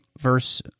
verse